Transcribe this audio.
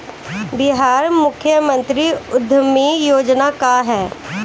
बिहार मुख्यमंत्री उद्यमी योजना का है?